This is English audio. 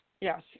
Yes